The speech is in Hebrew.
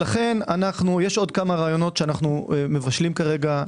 יש עוד כמה רעיונות שאנחנו מבשלים כרגע.